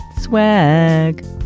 swag